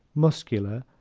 muscular,